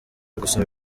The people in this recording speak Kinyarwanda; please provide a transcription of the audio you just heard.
gusoma